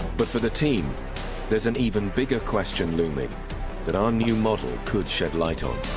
but for the team there's an even bigger question looming that our new model could shed light on.